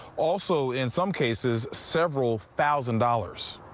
also in some cases several thousand dollars.